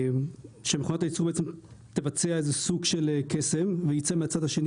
שמכונת הייצור תבצע סוג של קסם ומהצד השני